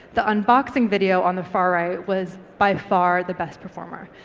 the unboxing video on the far right was by far the best performer.